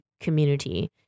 community